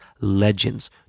Legends